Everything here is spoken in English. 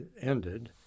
ended